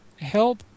help